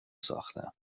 ساختم